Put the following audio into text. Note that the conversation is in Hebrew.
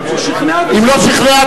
אם הוא לא שכנע,